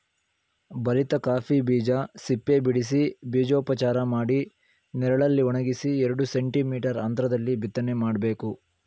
ಬಲಿತ ಕಾಫಿ ಬೀಜ ಸಿಪ್ಪೆಬಿಡಿಸಿ ಬೀಜೋಪಚಾರ ಮಾಡಿ ನೆರಳಲ್ಲಿ ಒಣಗಿಸಿ ಎರಡು ಸೆಂಟಿ ಮೀಟರ್ ಅಂತ್ರದಲ್ಲಿ ಬಿತ್ತನೆ ಮಾಡ್ಬೇಕು